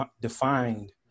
defined